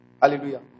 Hallelujah